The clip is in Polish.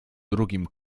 drugim